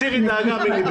הסירי דאגה מליבך.